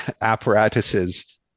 apparatuses